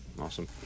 Awesome